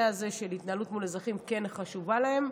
הזה של התנהלות מול אזרחים כן חשוב להם,